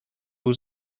był